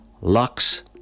Lux